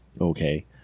Okay